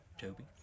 Toby